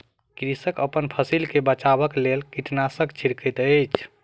कृषक अपन फसिल के बचाबक लेल कीटनाशक छिड़कैत अछि